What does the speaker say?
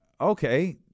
okay